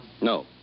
No